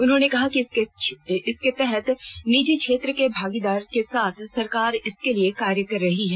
उन्होंने कहा कि इसके तहत निजी क्षेत्र की भागीदारी के साथ सरकार इसके लिए कार्य कर रही है